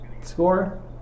Score